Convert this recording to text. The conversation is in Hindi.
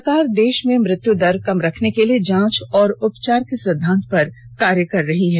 सरकार देश में मृत्यु दर कम रखने के लिए जांच और उपचार के सिद्धांत पर कार्य कर रही है